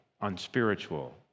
unspiritual